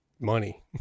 money